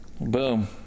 Boom